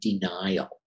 denial